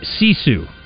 Sisu